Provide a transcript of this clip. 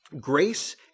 grace